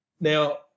Now